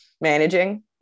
managing